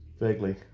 Vaguely